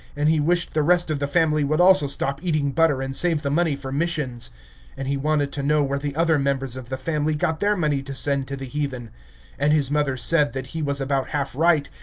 and he wished the rest of the family would also stop eating butter and save the money for missions and he wanted to know where the other members of the family got their money to send to the heathen and his mother said that he was about half right,